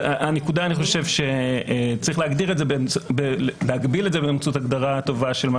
הנקודה שצריך להגביל את זה באמצעות הגדרה טובה של מה